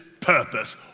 purpose